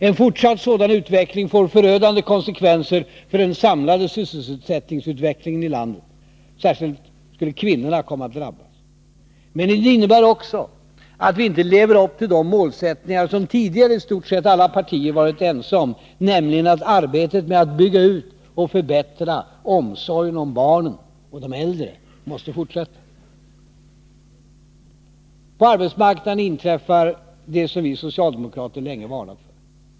En fortsatt sådan utveckling får förödande konsekvenser för den samlade sysselsättningsutvecklingen i landet. Särskilt skulle kvinnorna komma att drabbas. Men det innebär också att vi inte lever upp till de målsättningar som tidigare i stort sett alla partier varit ense om, nämligen att arbetet med att bygga ut och förbättra omsorgen om barnen och de äldre måste fortsätta. På arbetsmarknaden inträffar det som vi socialdemokrater länge varnat för.